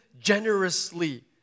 generously